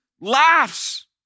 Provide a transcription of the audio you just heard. laughs